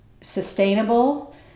sustainable